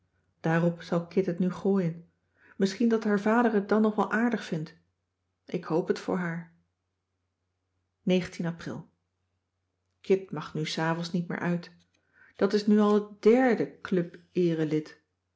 daarop zal kit het nu gooien misschien dat haar vader het dan nog wel aardig vindt ik hoop het voor haar pril it mag nu s avonds niet meer uit dat is nu al het derde